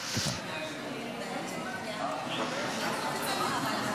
להוסיף את קארין.